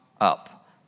up